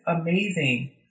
amazing